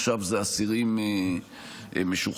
עכשיו זה אסירים משוחררים,